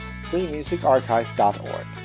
freemusicarchive.org